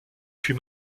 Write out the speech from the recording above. fut